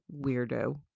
weirdo